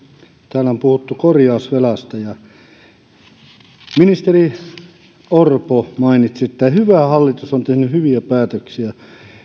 täällä on puhuttu korjausvelasta ministeri orpo mainitsi että hyvä hallitus on tehnyt hyviä päätöksiä